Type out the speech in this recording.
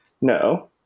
no